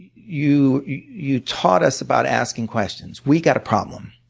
you you taught us about asking questions. we've got a problem.